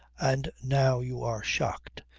and now you are shocked.